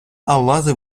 алмази